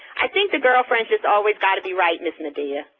i think the girlfriend's just always got to be right, miss nadia,